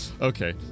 Okay